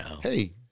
Hey